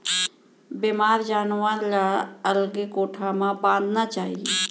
बेमार जानवर ल अलगे कोठा म बांधना चाही